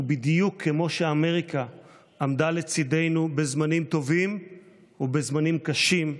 ובדיוק כמו שאמריקה עמדה לצידנו בזמנים טובים ובזמנים קשים,